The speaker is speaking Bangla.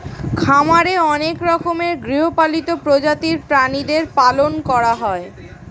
খামারে অনেক রকমের গৃহপালিত প্রজাতির প্রাণীদের পালন করা হয়